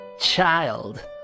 Child